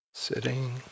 Sitting